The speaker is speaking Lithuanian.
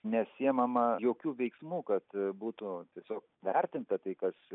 nesiimama jokių veiksmų kad būtų tiesiog vertinta tai kas